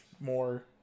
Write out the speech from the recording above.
more